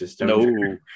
No